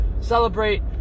Celebrate